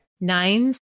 Nines